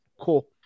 Cool